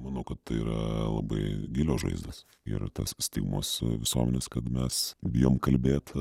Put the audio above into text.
manau kad tai yra labai gilios žaizdos yra tos stigmos visuomenės kad mes bijom kalbėt